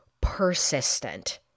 persistent